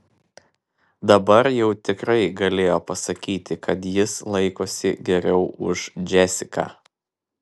dabar jau tikrai galėjo pasakyti kad jis laikosi geriau už džesiką